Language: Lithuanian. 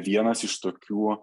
vienas iš tokių